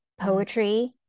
poetry